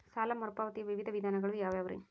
ಸಾಲ ಮರುಪಾವತಿಯ ವಿವಿಧ ವಿಧಾನಗಳು ಯಾವ್ಯಾವುರಿ?